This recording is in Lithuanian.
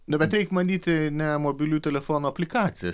nu bet reik manyti ne mobiliųjų telefonų aplikacijas